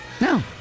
No